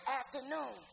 afternoon